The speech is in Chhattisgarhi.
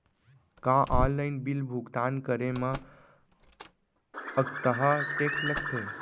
का ऑनलाइन बिल भुगतान करे मा अक्तहा टेक्स लगथे?